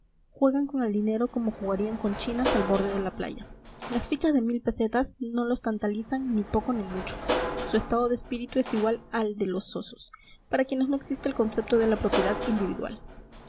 juegan con el dinero como jugarían con chinas al borde de la playa las fichas de pesetas no los tantalizan ni poco ni mucho su estado de espíritu es igual al de los osos para quienes no existe el concepto de la propiedad individual